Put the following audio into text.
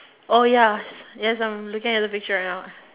oh yes yes I'm looking at the picture right now